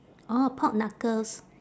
orh pork knuckles